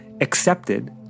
accepted